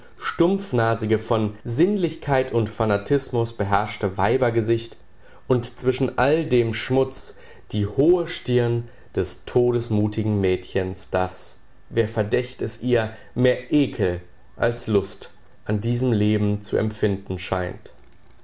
stumpfnasige von sinnlichkeit und fanatismus beherrschte weibergesicht und zwischen all dem schmutz die hohe stirn des todesmutigen mädchens das wer verdächt es ihr mehr ekel als lust an diesem leben zu empfinden scheint